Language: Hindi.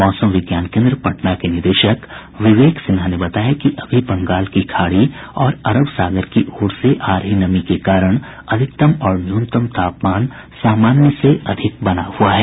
मौसम विज्ञान केन्द्र पटना के निदेशक विवेक सिन्हा ने बताया कि अभी बंगाल की खाड़ी और अरब सागर की ओर से आ रही नमी के कारण अधिकतम और न्यूनतम तापमान सामान्य से अधिक बना हुआ है